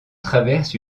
traverse